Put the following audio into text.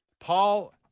Paul